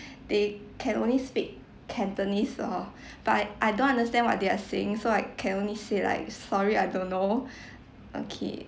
they can only speak cantonese orh but I I don't understand what they are saying so I can only say like sorry I don't know okay